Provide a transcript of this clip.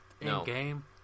in-game